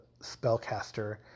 spellcaster